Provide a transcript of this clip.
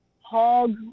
hog